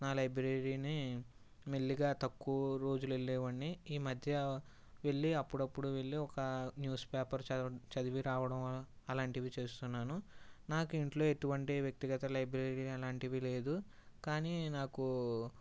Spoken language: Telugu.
నా లైబ్రరీని మెల్లగా తక్కువ రోజులు వెళ్ళే వాడిని ఈ మధ్య వెళ్ళి అప్పుడప్పుడు వెళ్ళి ఒక న్యూస్పేపర్ చది చదివి రావడం అలాంటివి చేస్తున్నాను నాకు ఇంట్లో ఎటువంటి వ్యక్తిగత లైబ్రరీ అలాంటివి లేదు కానీ నాకు